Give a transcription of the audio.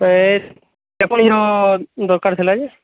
ହେତ ତେପନ ଇଞ୍ଚର ଦରକାର ଥିଲା ଯେ